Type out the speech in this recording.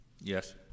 Yes